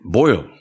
boil